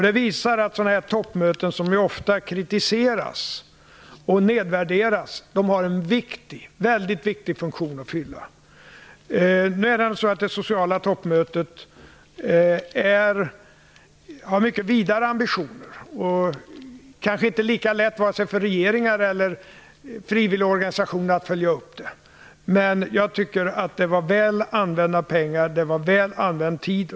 Det visar att toppmöten, som ofta kritiseras och nedvärderas, har en väldigt viktig funktion att fylla. Det sociala toppmötet har mycket vidare ambitioner. Det är kanske inte lika lätt vare sig för regeringar eller frivilliga organisationer att följa upp det. Men jag tycker att det var väl använda pengar och väl använd tid.